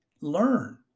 learn